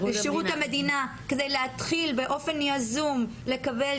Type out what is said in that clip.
המדינה כדי להתחיל באופן יזום לקבל